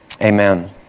Amen